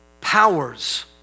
powers